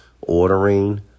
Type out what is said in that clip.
ordering